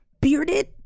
Bearded